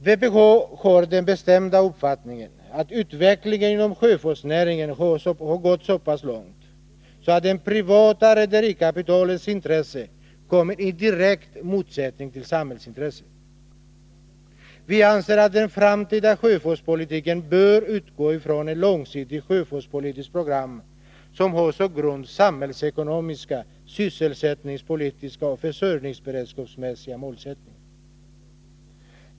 Vpk har den bestämda uppfattningen att utvecklingen inom sjöfartsnäringen har gått så långt att det privata rederikapitalets intressen kommer i direkt motsättning till samhällsintresset. Vi anser att den framtida sjöfartspolitiken bör utgå från ett långsiktigt sjöfartspolitiskt program som har som grund samhällsekonomiska, sysselsättningspolitiska och försörjningsberedskapsmässiga målsättningar.